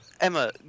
Emma